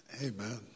Amen